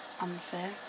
unfair